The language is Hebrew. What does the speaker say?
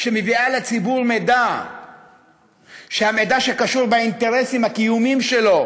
שמביאה לציבור מידע שקשור לאינטרסים הקיומיים שלו,